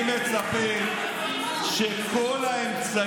אני מצפה ממך,